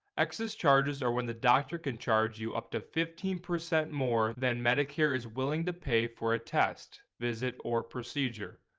excess charges are when the doctor can charge you up to fifteen percent more than medicare is willing to pay for a test visit or procedure.